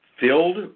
filled